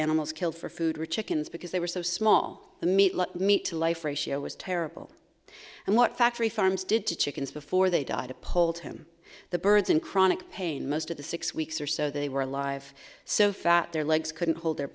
animals killed for food or chickens because they were so small the meat meat to life ratio was terrible and what factory farms did to chickens before they died a pole to him the birds in chronic pain most of the six weeks or so they were alive so fat their legs couldn't hold their